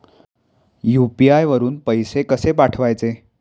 UPI वरून पैसे कसे पाठवायचे?